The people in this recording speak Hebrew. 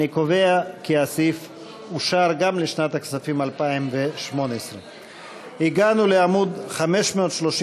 אני קובע כי הסעיף אושר גם לשנת הכספים 2018. הגענו לעמוד 533,